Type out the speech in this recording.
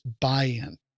buy-in